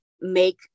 make